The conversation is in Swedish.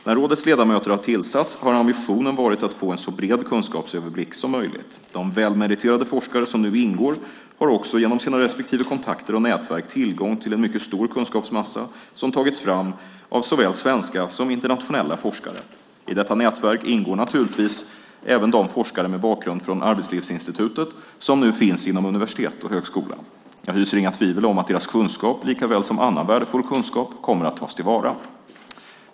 När rådets ledamöter har tillsatts har ambitionen varit att få en så bred kunskapsöverblick som möjligt. De välmeriterade forskare som nu ingår har också genom sina respektive kontakter och nätverk tillgång till en mycket stor kunskapsmassa som har tagits fram av såväl svenska som internationella forskare. I detta nätverk ingår naturligtvis även de forskare med bakgrund från Arbetslivsinstitutet som nu finns inom universitet och högskola. Jag hyser inga tvivel om att deras kunskap likaväl som annan värdefull kunskap kommer att tas till vara.